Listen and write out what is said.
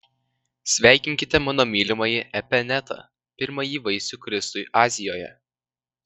sveikinkite mano mylimąjį epenetą pirmąjį vaisių kristui azijoje